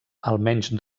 almenys